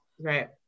Right